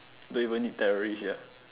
don't even need terrorist sia